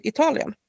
Italien